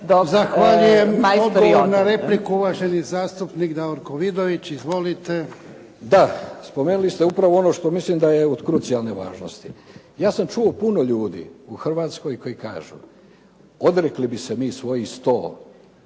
Zahvaljujem. Odgovor na repliku uvaženi zastupnik Davorko Vidović. Izvolite. **Vidović, Davorko (SDP)** Da, spomenuli ste upravo ono što mislim da je od krucijalne važnosti. Ja sam čuo puno ljudi u Hrvatskoj koji kažu odrekli bi se mi svojih